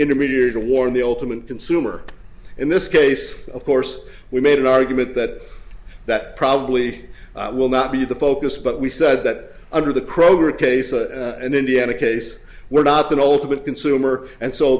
intermediary to warn the ultimate consumer in this case of course we made an argument that that probably will not be the focus but we said that under the kroger case and indiana case we're not that ultimate consumer and so